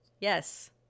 yes